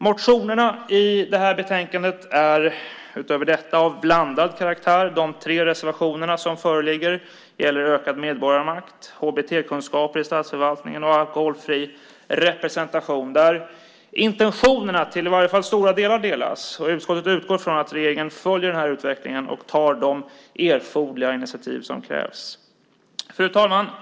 Utöver detta är motionerna i betänkandet av blandad karaktär. De tre reservationerna som föreligger gäller ökad medborgarmakt, HBT-kunskaper i statsförvaltningen och alkoholfri representation där intentionerna till i varje fall stora delar delas. Utskottet utgår från att regeringen följer utvecklingen och tar de initiativ som krävs. Fru talman!